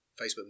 Facebook